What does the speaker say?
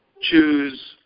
choose